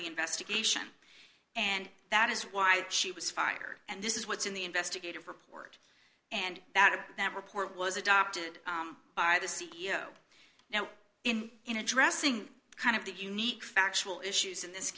the investigation and that is why she was fired and this is what's in the investigative report and that of that report was adopted by the c e o now in in addressing kind of the unique factual issues in this